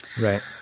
Right